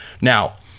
Now